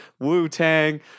Wu-Tang